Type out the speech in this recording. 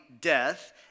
death